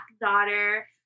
daughter